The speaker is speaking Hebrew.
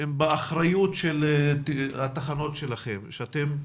באחריות של התחנות שלכם?